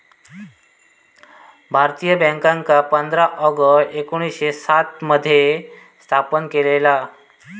भारतीय बॅन्कांका पंधरा ऑगस्ट एकोणीसशे सात मध्ये स्थापन केलेला